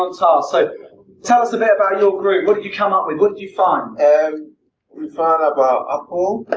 on task. so tell us a bit about your group. what did you come up with? what did you find? at we found about apple,